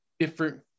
different